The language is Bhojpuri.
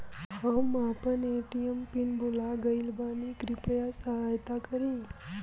हम आपन ए.टी.एम पिन भूल गईल बानी कृपया सहायता करी